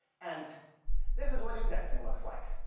and this is what indexing looks like.